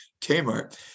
Kmart